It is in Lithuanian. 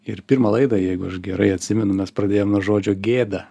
ir pirmą laidą jeigu aš gerai atsimenu mes pradėjom nuo žodžio gėda